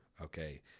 Okay